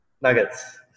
nuggets